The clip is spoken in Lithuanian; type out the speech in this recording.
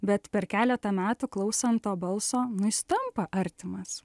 bet per keletą metų klausant to balso nu jis tampa artimas